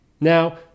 Now